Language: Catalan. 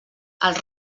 els